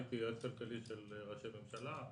הייתי יועץ כלכלי של ראשי ממשלה,